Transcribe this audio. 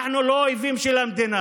אנחנו לא אויבים של המדינה,